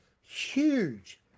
huge